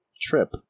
trip